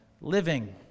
living